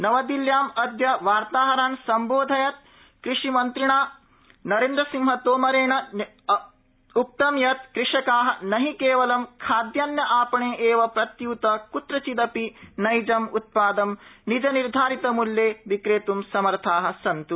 नवदिल्याम् अद्य वार्ताहरान् समबोधयत् कृषिमन्त्री नरेन्द्रसिंह तोमरः न्यगादीत् यत् कृषकाः न हि केवलं खाद्यान्न पणे एव प्रत्य्त कुत्रचिदपि नैजम् उत्पादं निजनिर्धारितमूल्ये विक्रेत् समर्थाः सन्तु